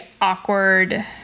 awkward